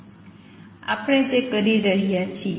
આપણે તે કરી રહ્યા છીએ